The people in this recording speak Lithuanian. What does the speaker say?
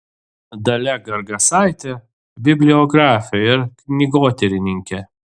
dalia gargasaitė bibliografė ir knygotyrininkė